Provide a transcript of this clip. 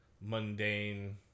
mundane